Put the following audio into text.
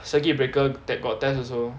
circuit breaker that got test also